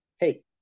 hey